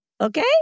Okay